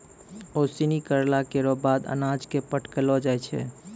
ओसौनी करला केरो बाद अनाज क फटकलो जाय छै